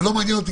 ולא מעניין אותי